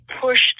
pushed